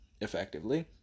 effectively